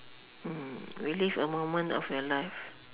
relive a moment of your life